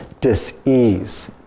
dis-ease